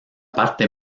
parte